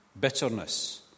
Bitterness